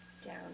Down